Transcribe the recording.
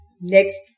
next